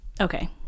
okay